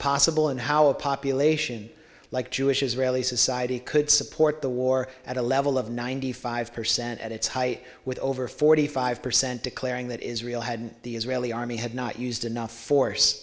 possible and how a population like jewish israeli society could support the war at a level of ninety five percent at its height with over forty five percent declaring that israel had the israeli army had not used enough force